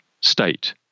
state